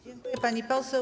Dziękuję, pani poseł.